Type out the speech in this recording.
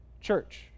church